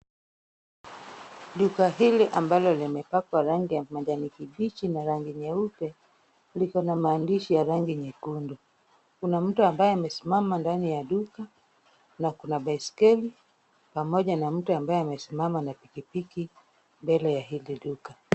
Duka hili ambalo limepakwa rangi ya majani kibichi na rangi nyeupe likona maandishi ya rangi nyekundu. Kuna mtu ambaye amesimama ndani ya duka na kuna baiskeli pamoja na mtu ambaye amesimama na pikipiki mbele ya hili duka.